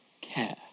care